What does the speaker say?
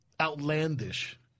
outlandish